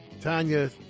Tanya